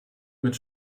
mit